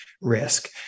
risk